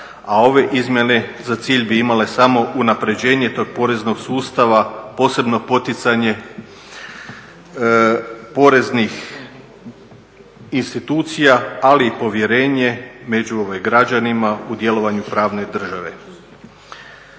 a ove izmjene bi imale za cilj samo unapređenje tog poreznog sustava, posebno poticanje poreznih institucija ali i povjerenje među građanima u djelovanju pravne države.